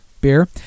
Beer